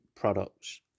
products